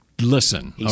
Listen